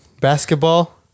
Basketball